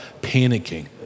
panicking